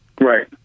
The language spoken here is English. Right